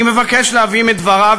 אני מבקש להביא מדבריו,